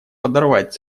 подорвать